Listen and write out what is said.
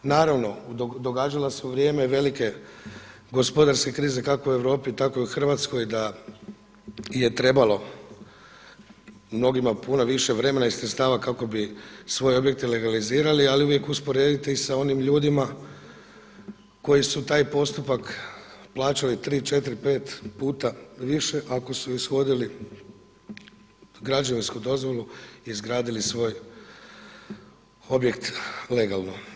Naravno, događala se u vrijeme velike gospodarske krize kako u Europi tako i u Hrvatskoj da je trebalo mnogima puno više vremena i sredstava kako bi svoje objekte legalizirali, ali uvijek usporedite i sa onim ljudima koji su taj postupak plaćali 3, 4, 5 puta više ako su ishodili građevinsku dozvolu i izgradili svoj objekt legalno.